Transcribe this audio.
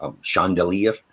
chandelier